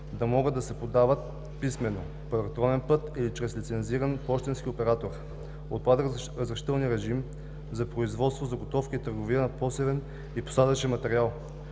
да могат да се подават писмено, по електронен път или чрез лицензиран пощенски оператор. Отпада разрешителният режим за производство, заготовка и търговия на посевен и посадъчен материал.